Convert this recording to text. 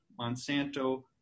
Monsanto